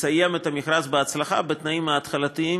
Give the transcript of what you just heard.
לסיים את המכרז בהצלחה בתנאים ההתחלתיים